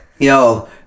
Yo